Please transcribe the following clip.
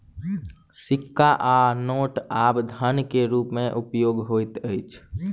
सिक्का आ नोट आब धन के रूप में उपयोग होइत अछि